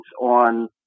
on